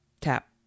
tap